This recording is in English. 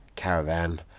caravan